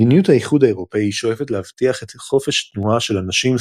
מדיניות האיחוד האירופי שואפת להבטיח חופש תנועה של אנשים,